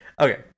Okay